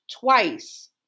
Twice